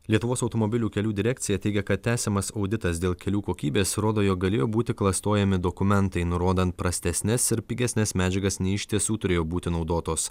lietuvos automobilių kelių direkcija teigia kad tęsiamas auditas dėl kelių kokybės rodo jog galėjo būti klastojami dokumentai nurodant prastesnes ir pigesnes medžiagas nei iš tiesų turėjo būti naudotos